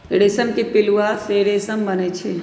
रेशम के पिलुआ से रेशम बनै छै